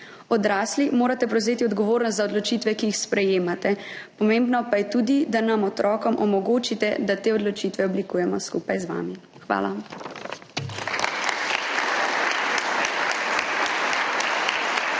Odrasli morate prevzeti odgovornost za odločitve, ki jih sprejemate. Pomembno pa je tudi, da nam otrokom omogočite, da te odločitve oblikujemo skupaj z vami. Hvala.